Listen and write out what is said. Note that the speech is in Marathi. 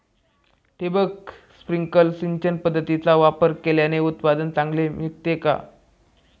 ठिबक, स्प्रिंकल सिंचन पद्धतीचा वापर केल्याने उत्पादन चांगले निघते का?